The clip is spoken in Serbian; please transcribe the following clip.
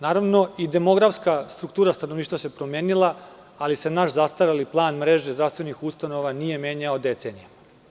Naravno, i demografska struktura stanovništva se promenila, ali se naš zastareli plan mreže zdravstvenih ustanova nije menjao decenijama.